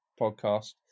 podcast